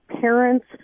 parents